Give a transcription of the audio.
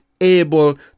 able